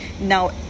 Now